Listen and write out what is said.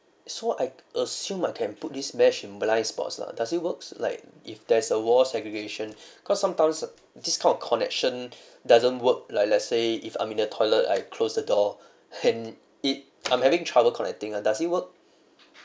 so I assume I can put this mesh in blind spots lah does it works like if there is a wall segregation cause sometimes this kind of connection doesn't work like let's say if I'm in the toilet I closed the door and it I'm having trouble connecting ah does it work